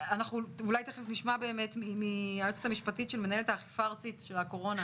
אולי תיכף נשמע מהיועצת המשפטית של מִנהלת האכיפה הארצית של הקורונה,